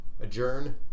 Adjourn